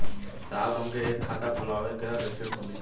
साहब हमके एक खाता खोलवावे के ह कईसे खुली?